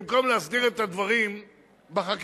במקום להסדיר את הדברים בחקיקה